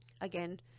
Again